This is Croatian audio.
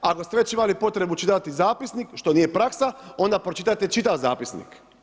Ako ste već imali potrebu čitati zapisnik što nije praksa onda pročitajte čitav zapisnik.